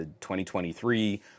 2023